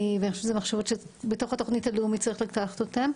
ואני חושבת שאלה מחשבות שצריך לקחת אותן